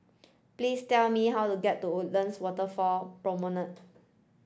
please tell me how to get to Woodlands Waterfront Promenade